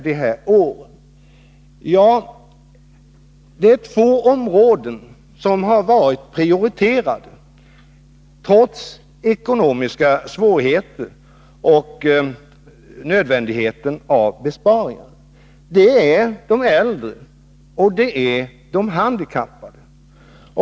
Det är två områden som har varit prioriterade trots ekonomiska svårigheter och trots nödvändigheten av besparingar: de äldre och de handikappade.